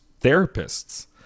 therapists